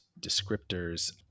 descriptors